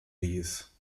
dies